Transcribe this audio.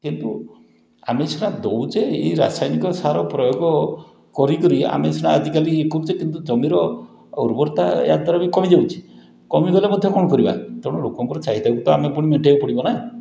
କିନ୍ତୁ ଆମେ ସିନା ଦଉଛେ ଏଇ ରାସାୟନିକ ସାର ପ୍ରୟୋଗ କରି କରି ଆମେ ସିନା ଆଜିକାଲି ଇଏ କରୁଛେ କିନ୍ତୁ ଜମିର ଉର୍ବରତା ଏହାଦ୍ୱାରା ବି କମି ଯାଉଛି କମିଗଲେ ବି ମଧ୍ୟ କଣ କରିବା ତେଣୁ ଲୋକଙ୍କର ଚାହିଦାକୁ ତ ଆମେ ପୁଣି ମେଣ୍ଟେଇବାକୁ ପଡ଼ିବ ନାଁ